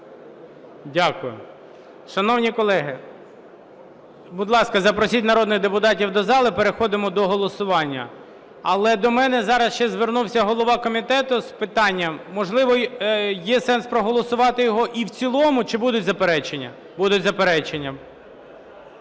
Дякую. Шановні колеги, будь ласка, запросіть народних депутатів до зали, переходимо до голосування. Але до мене зараз ще звернувся голова комітету з питанням, можливо, є сенс проголосувати його і в цілому, чи будуть заперечення? Будуть заперечення.